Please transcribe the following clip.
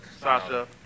Sasha